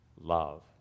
love